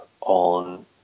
on